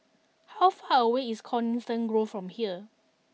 how far away is Coniston Grove from here